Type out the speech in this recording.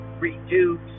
reduce